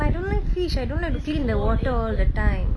but I don't like fish I don't like to clean the water all the time